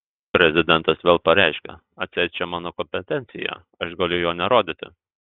prezidentas vėl pareiškia atseit čia mano kompetencija aš galiu jo nerodyti